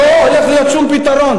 לא הולך להיות שום פתרון.